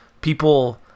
people